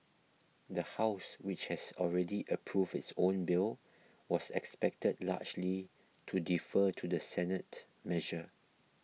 the house which has already approved its own bill was expected largely to defer to the Senate measure